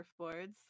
surfboards